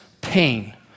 pain